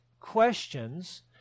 questions